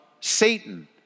Satan